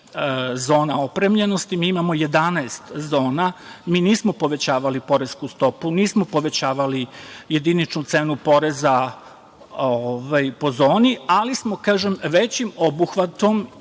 zona opremljenosti. Mi imamo 11 zona. Mi nismo povećavali poresku stopu, nismo povećavali jediničnu cenu poreza po zoni, ali smo većim obuhvatom